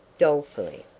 dolefully.